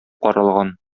каралган